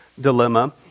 dilemma